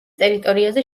ტერიტორიაზე